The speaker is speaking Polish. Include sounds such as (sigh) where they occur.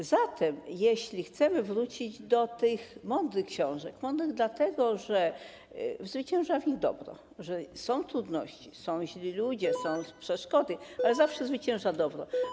A zatem, jeśli chcemy wrócić do tych mądrych książek, mądrych dlatego, że zwycięża w nich dobro, że są trudności, są źli ludzie, (noise) są przeszkody, ale zawsze zwycięża dobro.